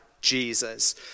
Jesus